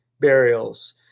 burials